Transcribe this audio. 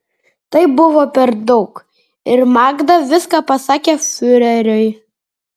tai buvo per daug ir magda viską pasakė fiureriui